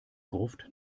gruft